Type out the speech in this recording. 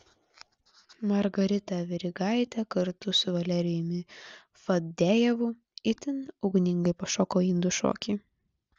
margarita verigaitė kartu su valerijumi fadejevu itin ugningai pašoko indų šokį